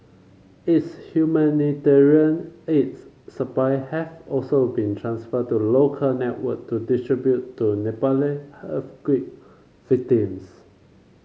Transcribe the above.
its humanitarian aids supply have also been transferred to local network to distribute to Nepali earthquake victims